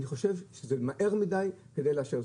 אני חושב שזה מהר מדי כדי לאשר.